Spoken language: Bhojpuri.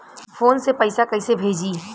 फोन से पैसा कैसे भेजी?